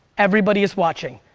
everybody is watching.